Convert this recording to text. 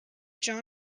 john